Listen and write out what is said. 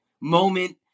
moment